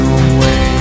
away